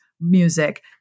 music